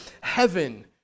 heaven